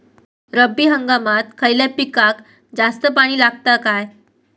रब्बी हंगामात खयल्या पिकाक जास्त पाणी लागता काय?